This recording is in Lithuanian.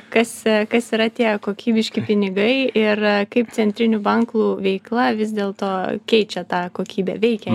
kas kas yra tie kokybiški pinigai ir kaip centrinių bankų veikla vis dėlto keičia tą kokybę veikia